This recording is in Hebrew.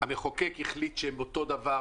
שהמחוקק החליט שהם אותו דבר,